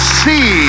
see